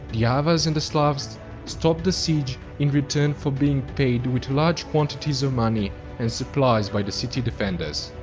the avars and slavs stopped the siege in return for being paid with large quantities of money and supplies by the city defenders.